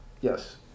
Yes